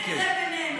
תשאיר את זה בינינו.